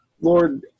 Lord